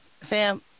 fam